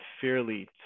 fairly